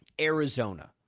Arizona